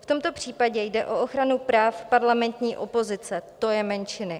V tomto případě jde o ochranu práv parlamentní opozice, to je menšiny.